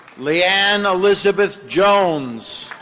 leanne elizabeth jones.